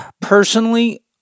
personally